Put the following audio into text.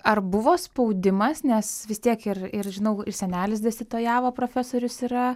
ar buvo spaudimas nes vis tiek ir ir žinau ir senelis dėstytojavo profesorius yra